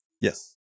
Yes